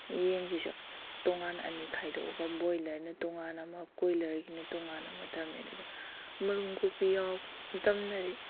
ꯌꯦꯟꯁꯤꯁꯨ ꯇꯣꯡꯉꯥꯟꯅ ꯑꯅꯤ ꯈꯥꯏꯗꯣꯛꯑꯒ ꯕ꯭ꯔꯣꯏꯂꯔꯅ ꯇꯣꯡꯉꯥꯟꯅ ꯑꯃ ꯀꯨꯔꯣꯏꯂꯔꯒꯤꯅ ꯇꯣꯡꯉꯥꯟꯅ ꯑꯃ ꯊꯝꯃꯦ ꯑꯗꯨꯒ ꯃꯔꯨꯝ ꯀꯣꯛꯄꯤ ꯌꯥꯎꯔꯛꯄ ꯃꯇꯝꯗꯗꯤ